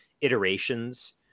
iterations